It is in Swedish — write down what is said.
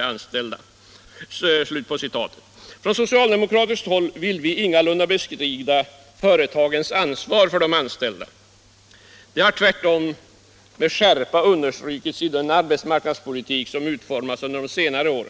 näringspolitiken.” Från socialdemokratiskt håll vill vi ingalunda bestrida företagens ansvar för de anställda. Det har tvärtom med skärpa understrukits i den arbetsmarknadspolitik som utformats under senare år.